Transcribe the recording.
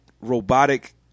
robotic